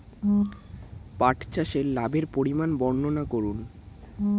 পাঠ চাষের লাভের পরিমান বর্ননা করুন?